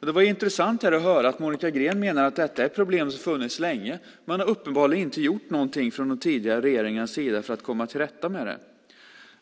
Det var intressant att här höra att Monica Green menar att detta är ett problem som funnits länge. Uppenbarligen har man inte gjort någonting från den tidigare regeringens sida för att komma till rätta med detta.